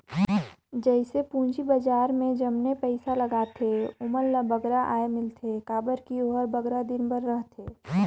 जइसे पूंजी बजार में जमने पइसा लगाथें ओमन ल बगरा आय मिलथे काबर कि ओहर बगरा दिन बर रहथे